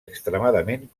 extremadament